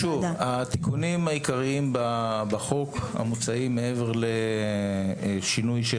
התיקונים העיקריים בחוק המוצעים מעבר לשינוי של